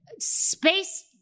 space